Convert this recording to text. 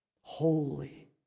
Holy